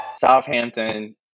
Southampton